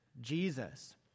Jesus